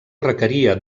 requeria